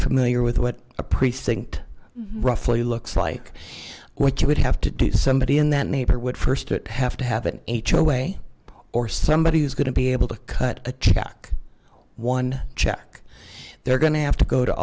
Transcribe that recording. familiar with what a precinct roughly looks like what you would have to do somebody in that neighborhood first would have to have an hoa or somebody who's going to be able to cut a check one check they're gonna have to go to